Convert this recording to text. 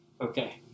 Okay